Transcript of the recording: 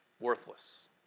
Worthless